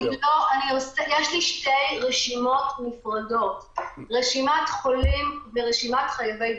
יש לי שתי רשימות נפרדות: רשימת חולים ורשימת חייבי בידוד.